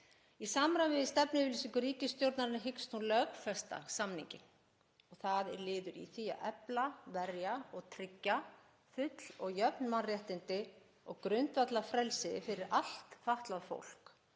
Í samræmi við stefnuyfirlýsingu ríkisstjórnarinnar hyggst hún lögfesta samninginn. Það er liður í því að efla, verja og tryggja full og jöfn mannréttindi og grundvallarfrelsi fyrir allt fatlað fólk